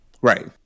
right